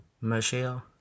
Michelle